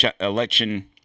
election